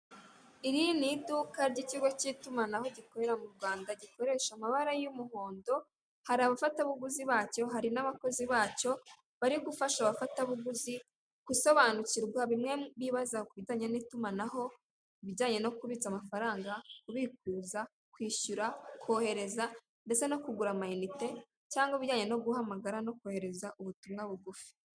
Iri ni iduka ry'ikigo cy'itumanaho gikorera mu Rwanda gikoresha amabara y'umuhondo, hari abafatabuguzi bacyo, hari n'abakozi bacyo bari gufasha abafatabuguzi gusobanukirwa bimwe bibaza ku bijyanye n'itumanaho, ibijyanye no kubitsa amafaranga, kubikuza, kwishyura, kohereza ndetse no kugura amayinite cyangwa ibijyanye no guhamagara no kohereza ubutumwa bugufi.